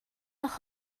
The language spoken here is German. noch